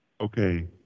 Okay